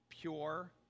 pure